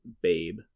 Babe